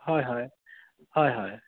হয় হয় হয় হয়